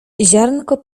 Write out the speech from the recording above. ziarnko